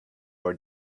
are